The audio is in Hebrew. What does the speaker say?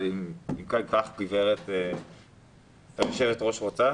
אבל אם היושבת ראש רוצה,